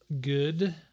good